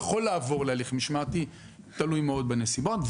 הוא יכול לעבור להליך משמעתי, תלוי מאוד בנסיבות.